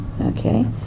Okay